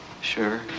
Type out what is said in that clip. Sure